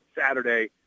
Saturday